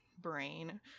brain